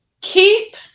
keep